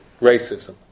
racism